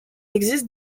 existe